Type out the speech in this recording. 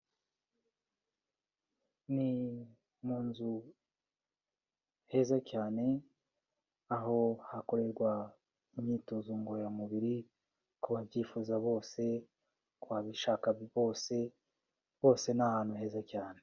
Ni mu nzu heza cyane, aho hakorerwa imyitozo ngororamubiri ku babyifuza bose, ku babishaka bose, hose ni ahantu heza cyane.